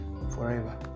forever